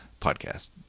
podcast